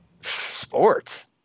Sports